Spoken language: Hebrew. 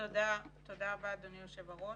תודה רבה, אדוני היושב-ראש,